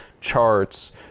charts